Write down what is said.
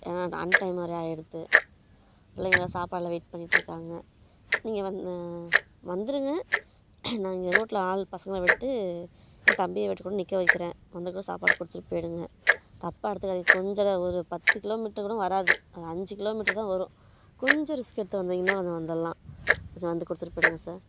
ஏனால் அன்டைமாக வேறு ஆகிடுத்து பிள்ளைங்கெல்லாம் சாப்பாட்ல வெயிட் பண்ணிட்டு இருக்காங்க நீங்கள் வந் வந்துடுங்க நான் இங்கே ரோட்டில் ஆள் பசங்களை விட்டு என் தம்பியை விட்டுக்கூட நிற்க வைக்கிறேன் வந்துகூட சாப்பாடு கொடுத்துட்டு போயிடுங்க தப்பாக எடுத்துக்காதீங்க கொஞ்சம்தான் ஒரு பத்து கிலோமீட்ருகூட வராது அஞ்சு கிலோமீட்ருதான் வரும் கொஞ்சம் ரிஸ்க் எடுத்து வந்தீங்கனா அது வந்துடலாம் வந்து கொடுத்துட்டு போயிடுங்க சார்